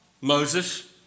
Moses